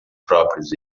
próprios